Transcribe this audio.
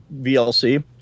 VLC